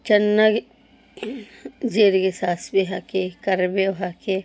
ಚೆನ್ನಾಗಿ ಜೀರಿಗೆ ಸಾಸಿವೆ ಹಾಕಿ ಕರಿಬೇವು ಹಾಕಿ